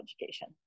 education